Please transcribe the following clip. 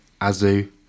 Azu